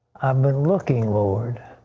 been looking lord.